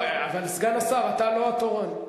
אבל, סגן השר, אתה לא התורן.